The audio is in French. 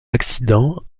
accidents